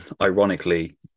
Ironically